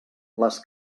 les